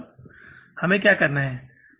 तो आपको यहाँ क्या करना है